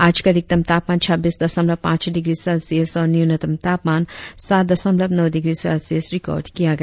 आज का अधिकतम तापमान छब्बीस दशमलव पांच डिग्री सेल्सियस और न्यूनतम तापमान सात दशमलव नौ डिग्री सेल्सियस रिकार्ड किया गया